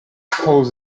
holds